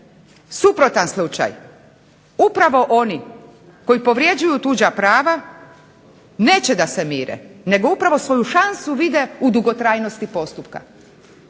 suprotan slučaj. Upravo oni koji povrjeđuju tuđa prava neće da se mire, nego upravo svoju šansu vide u dugotrajnosti postupka.